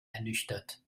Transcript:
ernüchtert